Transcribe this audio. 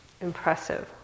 impressive